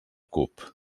cup